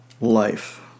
life